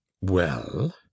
Well